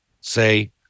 say